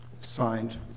Signed